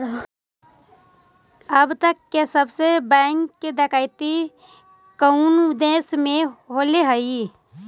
अब तक के सबसे बड़ा बैंक डकैती कउन देश में होले हइ?